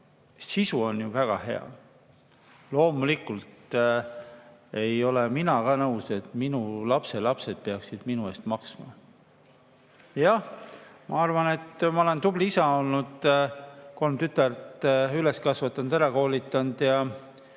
sisu on ju väga hea. Loomulikult ei ole ka mina nõus, et minu lapselapsed peaksid minu eest maksma. Jah, ma arvan, et ma olen tubli isa olnud, kolm tütart üles kasvatanud, ära koolitanud ja